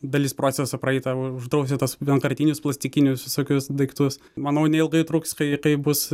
dalis proceso praeita uždrausti tuos vienkartinius plastikinius visokius daiktus manau neilgai truks kai tai bus